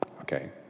okay